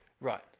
Right